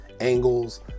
angles